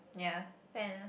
ya fair enough